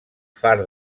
far